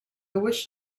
wish